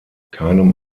keinem